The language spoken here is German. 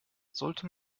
sollte